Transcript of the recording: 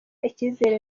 icyizere